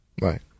right